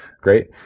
great